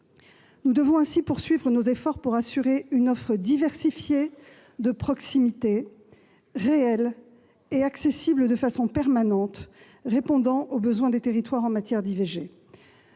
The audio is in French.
Nous devons ainsi poursuivre nos efforts pour assurer une offre diversifiée de proximité réelle et accessible de façon permanente, répondant aux besoins des territoires en matière d'IVG.